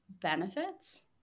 benefits